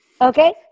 Okay